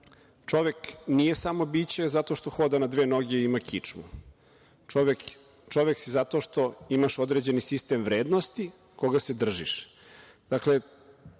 čovek nije samo biće zato što hoda na dve noge i ima kičmu, čovek si zato što imaš određeni sistem vrednosti koga se držiš.